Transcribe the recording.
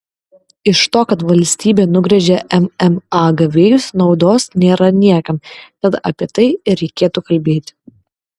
iš to kad valstybė nugręžia mma gavėjus naudos nėra niekam tad apie tai ir reikėtų kalbėti